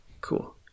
Cool